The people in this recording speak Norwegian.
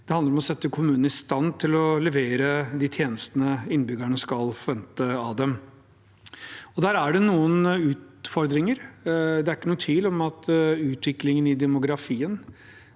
det handler om å sette kommunene i stand til å levere de tjenestene innbyggerne skal forvente av dem. Der er det noen utfordringer – det er ikke noen tvil om at utviklingen i demografien